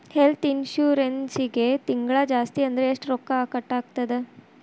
ಹೆಲ್ತ್ಇನ್ಸುರೆನ್ಸಿಗೆ ತಿಂಗ್ಳಾ ಜಾಸ್ತಿ ಅಂದ್ರ ಎಷ್ಟ್ ರೊಕ್ಕಾ ಕಟಾಗ್ತದ?